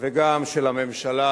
וגם של הממשלה,